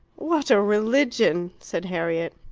what a religion! said harriet.